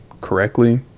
correctly